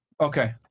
okay